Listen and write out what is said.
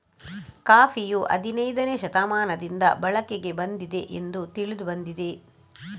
ಕಾಫಿಯು ಹದಿನೈದನೇ ಶತಮಾನದಿಂದ ಬಳಕೆಗೆ ಬಂದಿದೆ ಎಂದು ತಿಳಿದು ಬಂದಿದೆ